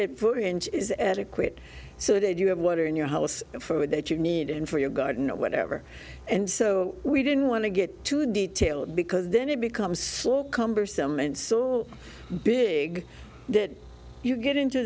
there is adequate so that you have water in your house for that you need and for your garden or whatever and so we didn't want to get too detailed because then it becomes slow cumbersome and saw big that you get into